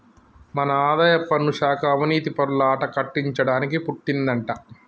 మన ఆదాయపన్ను శాఖ అవనీతిపరుల ఆట కట్టించడానికి పుట్టిందంటా